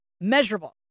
measurable